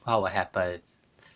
what will happen